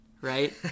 right